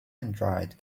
android